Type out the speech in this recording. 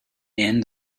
end